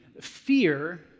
fear